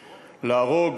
להרוג.